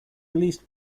released